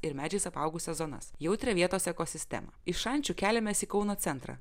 ir medžiais apaugusias zonas jautrią vietos ekosistemą iš šančių keliamės į kauno centrą